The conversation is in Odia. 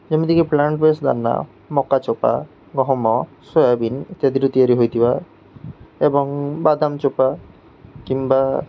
ଯେମିତିକି ପ୍ଳାଣ୍ଟ ବେଷ୍ଟ ଦାନା ମକା ଚୋପା ଗହମ ସୋୟାବିିନ ଇତ୍ୟାଦିରୁ ତିଆରି ହୋଇଥିବା ଏବଂ ବାଦାମ ଚୋପା କିମ୍ବା